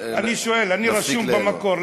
אני שואל, אני רשום במקור.